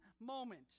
moment